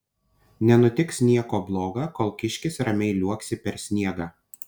nenutiks nieko bloga kol kiškis ramiai liuoksi per sniegą